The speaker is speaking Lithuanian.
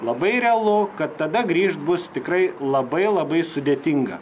labai realu kad tada grįžt bus tikrai labai labai sudėtinga